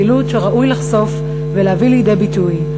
פעילות שראוי לחשוף ולהביא לידי ביטוי.